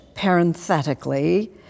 Parenthetically